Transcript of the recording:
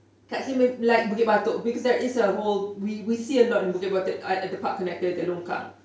kat sini like bukit batok because there is a whole we we see a lot in bukit batok at the park connector in the longkang